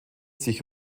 sich